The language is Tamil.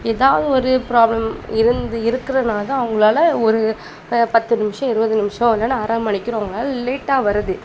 ஏதாவது ஒரு ப்ராப்ளம் இருந்து இருக்கிறனால தான் அவங்களால ஒரு பத்து நிமிடம் இருபது நிமிடம் வந்து லேட்டாக வருது